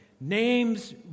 Names